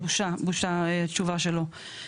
בושה התשובה שלו.